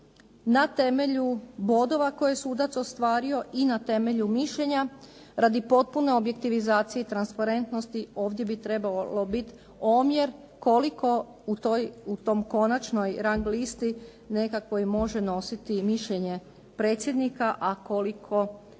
na temelju bodova koje je sudac ostvario i na temelju mišljenja radi potpune objektivizacije i transparentnosti ovdje bi trebao biti omjer koliko u toj konačnoj rang listi nekakvoj može nositi mišljenje predsjednika a koliko